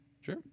Sure